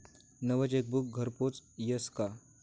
नवं चेकबुक घरपोच यस का?